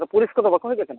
ᱟᱫᱚ ᱯᱩᱞᱤᱥ ᱠᱚᱫᱚ ᱵᱟᱠᱚ ᱦᱮᱡ ᱟᱠᱟᱱᱟ